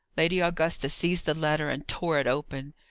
lady augusta seized the letter and tore it open.